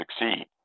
succeed